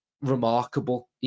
remarkable